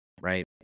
right